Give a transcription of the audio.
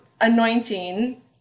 anointing